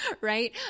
right